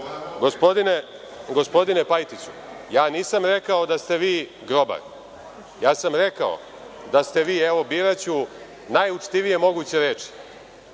nema. Gospodine Pajtiću, nisam rekao da ste vi grobar. Rekao sam da ste vi, evo biraću najučtivije moguće reči,